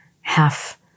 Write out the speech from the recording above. half